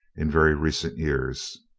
in very recent years.